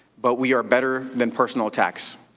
but, we are better than personal attacks.